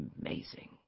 Amazing